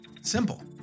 Simple